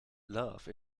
love